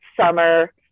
summer